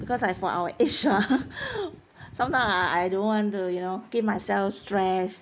because like for our age ah sometime I I don't want to you know give myself stress